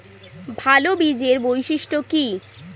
ভাল বীজের বৈশিষ্ট্য কী?